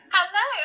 Hello